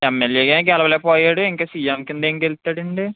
ఎంఎల్ఏకే గెలవలేకపోయాడు ఇంక సీఎం కింద ఏం గెలుస్తాడండీ